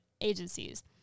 agencies